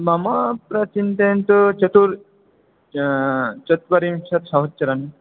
ममात्र चिन्तयन्तु चतुर् चत्वारिंशत् सहस्रं